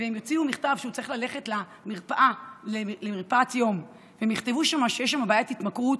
שהוא צריך ללכת למרפאת יום והם יכתבו שיש שם בעיית התמכרות,